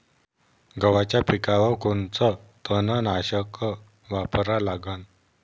गव्हाच्या पिकावर कोनचं तननाशक वापरा लागन?